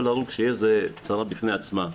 כל הרוג שיש זו צרה בפני עצמה.